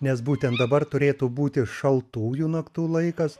nes būtent dabar turėtų būti šaltųjų naktų laikas